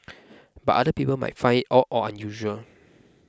but other people might find it odd or usual